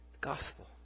Gospel